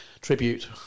tribute